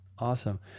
Awesome